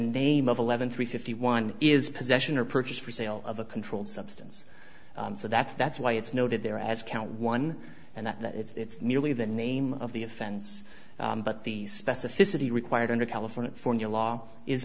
name of eleven three fifty one is possession or purchase for sale of a controlled substance so that's that's why it's noted there as count one and that it's merely the name of the offense but the specificity required under california law is